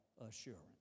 assurance